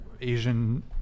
Asian